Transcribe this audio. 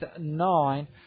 nine